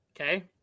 Okay